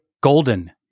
golden